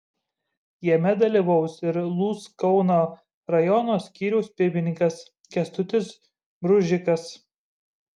jame dalyvaus ir lūs kauno rajono skyriaus pirmininkas kęstutis bružikas